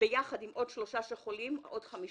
ביחד עם עוד שלוש שחולים, עוד חמישה.